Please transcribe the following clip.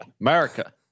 America